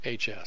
HS